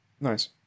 Nice